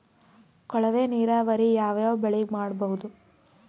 ಕೊಳವೆ ನೀರಾವರಿ ಯಾವ್ ಯಾವ್ ಬೆಳಿಗ ಮಾಡಬಹುದು?